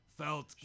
felt